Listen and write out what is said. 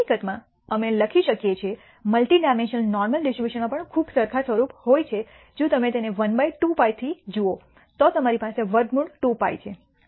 હકીકતમાં અમે લખી શકીએ છીએ મલ્ટિ ડાયમેન્શનલ નોર્મલ ડિસ્ટ્રિબ્યુશનમાં પણ ખૂબ સરખા સ્વરૂપ હોય છે જો તમે તેને 1 બાય 2π થી જુઓ તો અમારી પાસે વર્ગમૂળ 2 π છે